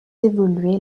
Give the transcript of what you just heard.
évoluée